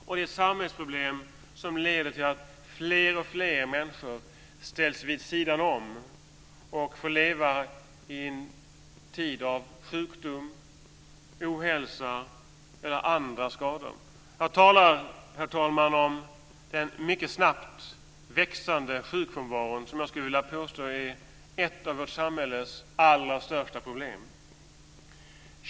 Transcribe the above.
Det är ett samhällsproblem som leder till att fler och fler människor ställs vid sidan om och får leva i en tid av sjukdom, ohälsa och med andra skador. Jag talar, herr talman, om den mycket snabbt växande sjukfrånvaron, som jag skulle vilja påstå är ett av vårt samhälles allra största problem.